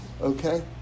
Okay